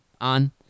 on